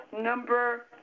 number